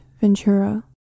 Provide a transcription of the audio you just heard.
Ventura